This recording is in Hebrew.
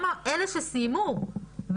אלה שסיימו,